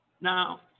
Now